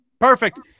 Perfect